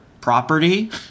property